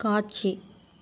காட்சி